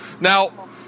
Now